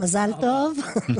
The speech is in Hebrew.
מזל טוב.